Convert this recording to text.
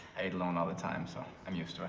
i eat alone all the time, so um you know i